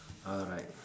alright